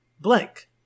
blank